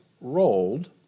rolled